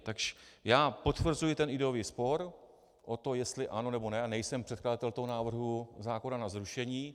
Takže já potvrzuji ten ideový spor o to, jestli ano, nebo ne, a nejsem předkladatelem návrhu zákona na zrušení.